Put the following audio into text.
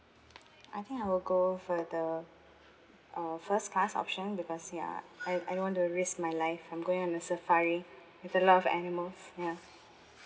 I think I will go for the uh first class option because ya I I don't want to risk my life I'm going on the safari with a lot of animals ya